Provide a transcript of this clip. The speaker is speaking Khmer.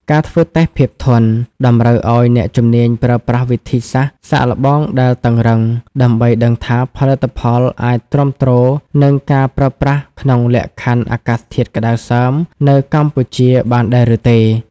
ការធ្វើតេស្តភាពធន់ តម្រូវឱ្យអ្នកជំនាញប្រើប្រាស់វិធីសាស្ត្រសាកល្បងដែលតឹងរ៉ឹង ដើម្បីដឹងថាផលិតផលអាចទ្រាំទ្រនឹងការប្រើប្រាស់ក្នុងលក្ខខណ្ឌអាកាសធាតុក្តៅសើមនៅកម្ពុជាបានដែរឬទេ។